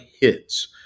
hits